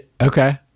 Okay